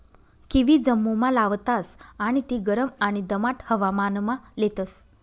kiwi जम्मुमा लावतास आणि ती गरम आणि दमाट हवामानमा लेतस